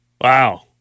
Wow